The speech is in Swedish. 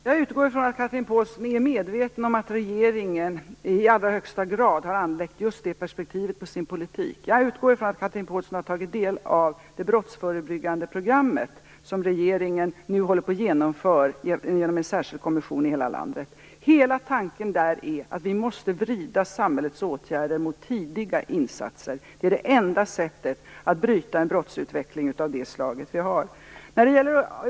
Herr talman! Jag utgår från att Chatrine Pålsson är medveten om att regeringen i allra högsta grad har anlagt just det perspektivet på sin politik. Jag utgår från att Chatrine Pålsson har tagit del av det brottsförebyggande program som regeringen nu håller på att genomföra genom en särskild kommission i hela landet. Hela tanken där är att vi måste vrida samhällets åtgärder mot tidiga insatser. Det är det enda sättet att bryta en sådan här brottsutveckling.